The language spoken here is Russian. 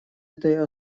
этой